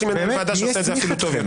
יש לי מנהל ועדה שעושה את זה אפילו טוב יותר.